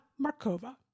Markova